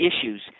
issues